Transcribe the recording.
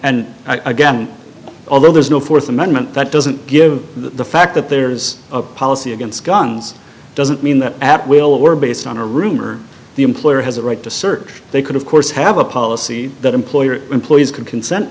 guess although there's no fourth amendment that doesn't give the fact that there is a policy against guns doesn't mean that at will were based on a rumor the employer has a right to search they could of course have a policy that employers employees can consent